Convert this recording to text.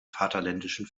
vaterländischen